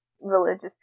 religious